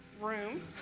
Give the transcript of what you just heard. room